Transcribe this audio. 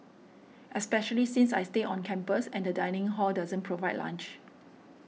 especially since I stay on campus and the dining hall doesn't provide lunch